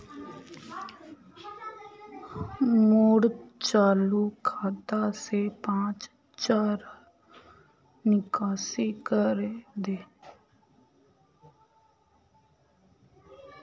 मोर चालु खाता से पांच हज़ारर निकासी करे दे